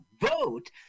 vote